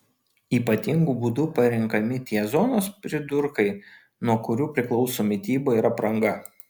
ypatingu būdu parenkami tie zonos pridurkai nuo kurių priklauso mityba ir apranga